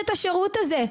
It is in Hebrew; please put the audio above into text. השירות הזה,